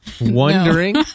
wondering